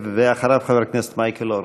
ואחריו, חבר הכנסת מייקל אורן.